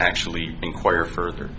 actually inquire further